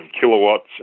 kilowatts